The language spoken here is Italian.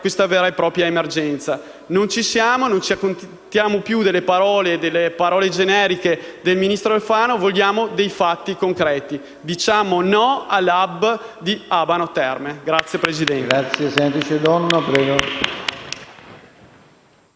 questa vera e propria emergenza. Non ci siamo, non ci accontentiamo più delle parole, oltre a tutto generiche, del ministro Alfano. Vogliamo dei fatti concreti. Diciamo no all'*hub* di Abano Terme. *(Applausi della